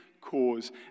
cause